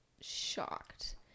shocked